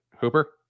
Hooper